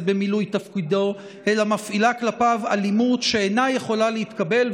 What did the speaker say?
במילוי תפקידו אלא מפעילה כלפיו אלימות שאינה יכולה להתקבל.